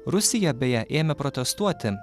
rusija beje ėmė protestuoti